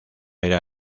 era